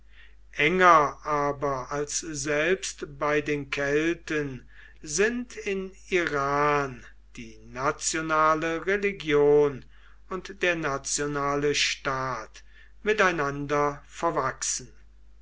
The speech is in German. enger aber als selbst bei den kelten sind in iran die nationale religion und der nationale staat miteinander verwachsen